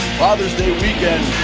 fathers day weekend